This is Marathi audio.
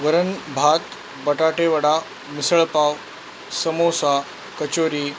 वरण भात बटाटे वडा मिसळपाव समोसा कचोरी